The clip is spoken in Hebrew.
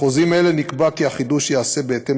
בחוזים אלה נקבע כי החידוש ייעשה בהתאם